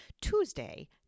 Tuesday